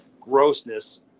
grossness